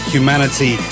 Humanity